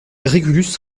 régulus